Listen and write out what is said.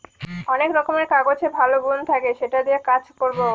অনেক রকমের কাগজের ভালো গুন থাকে সেটা দিয়ে কাজ করবো